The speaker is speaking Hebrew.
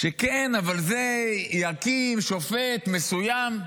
שכן, אבל זה יקים שופט מסוים.